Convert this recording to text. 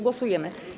Głosujemy.